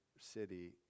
city